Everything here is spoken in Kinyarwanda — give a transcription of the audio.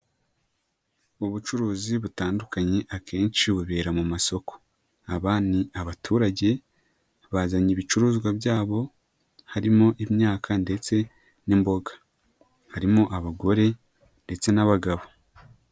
Ubucuruzi butandukanye akenshi bubera mu masoko, aba ni abaturage bazanye ibicuruzwa byabo, harimo imyaka ndetse n'imboga, harimo abagore ndetse n'abagabo.